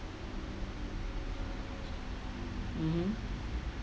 mmhmm